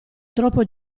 troppo